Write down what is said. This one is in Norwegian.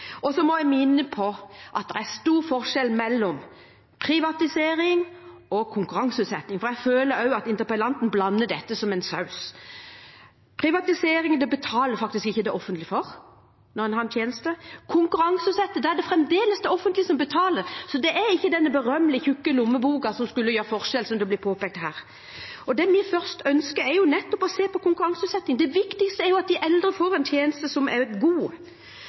må minne om at det er stor forskjell på privatisering og konkurranseutsetting. Jeg føler at interpellanten blander dette som en saus. Privatisering betaler ikke det offentlige for. Ved konkurranseutsetting er det fremdeles det offentlige som betaler, så det er ikke denne berømmelige tykke lommeboken som skulle utgjøre en forskjell, som det blir påpekt her. Det vi først ønsker, er nettopp å se på konkurranseutsetting. Det viktigste er at de eldre får en tjeneste som er god.